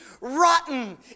rotten